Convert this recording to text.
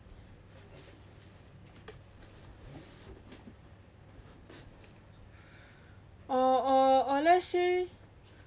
or or or let's say